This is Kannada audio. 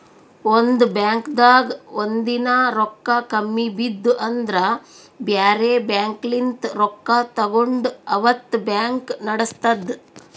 ಒಂದ್ ಬಾಂಕ್ದಾಗ್ ಒಂದಿನಾ ರೊಕ್ಕಾ ಕಮ್ಮಿ ಬಿದ್ದು ಅಂದ್ರ ಬ್ಯಾರೆ ಬ್ಯಾಂಕ್ಲಿನ್ತ್ ರೊಕ್ಕಾ ತಗೊಂಡ್ ಅವತ್ತ್ ಬ್ಯಾಂಕ್ ನಡಸ್ತದ್